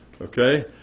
Okay